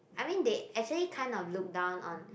I mean they actually kind of look down on